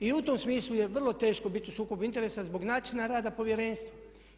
I u tom smislu je vrlo teško biti u sukobu interesa zbog načina rada Povjerenstva.